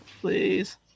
Please